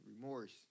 Remorse